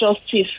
justice